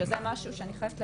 שזה משהו שאני חייבת להגיד,